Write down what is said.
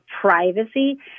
privacy